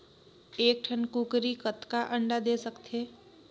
एक ठन कूकरी कतका अंडा दे सकथे?